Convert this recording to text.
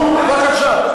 נו, בבקשה.